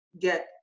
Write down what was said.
get